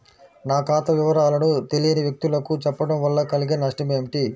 నా ఖాతా వివరాలను తెలియని వ్యక్తులకు చెప్పడం వల్ల కలిగే నష్టమేంటి?